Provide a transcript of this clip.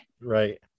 Right